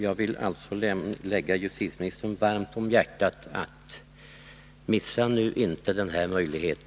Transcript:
Jag vill lägga justitieministern varmt om hjärtat att inte missa denna möjlighet.